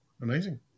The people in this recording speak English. Amazing